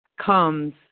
comes